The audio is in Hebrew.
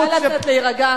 נא לצאת להירגע.